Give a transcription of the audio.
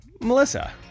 Melissa